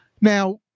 Now